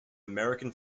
american